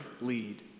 lead